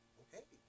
okay